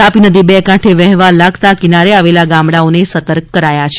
તાપી નદી બે કાંઠે વહેવા લાગતા કિનારે આવેલા ગામડાઓને સતર્ક કરાયા છે